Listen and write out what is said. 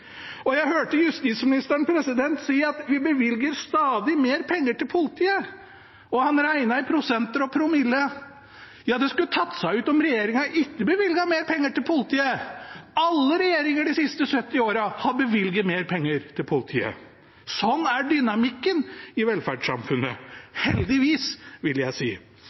Og jeg hørte justisministeren si at vi bevilger stadig mer penger til politiet, og han regnet i prosenter og promiller. Ja, det skulle tatt seg ut om regjeringen ikke bevilget mer penger til politiet! Alle regjeringer de siste 70 årene har bevilget mer penger til politiet. Sånn er dynamikken i velferdssamfunnet. Heldigvis, vil jeg si.